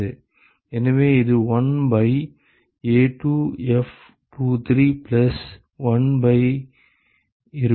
எனவே இது 1 by A2F23 plus 1 by இருக்கும்